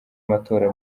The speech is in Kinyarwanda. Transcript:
matora